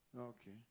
okay